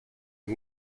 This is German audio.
dem